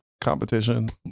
competition